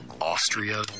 Austria